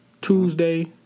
Tuesday